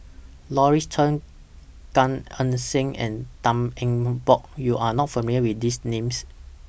Louis Chen Gan Eng Seng and Tan Eng Bock YOU Are not familiar with These Names